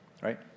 right